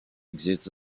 existe